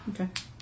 Okay